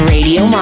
Radio